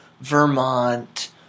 Vermont